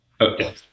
Okay